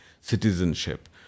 citizenship